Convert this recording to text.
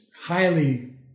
highly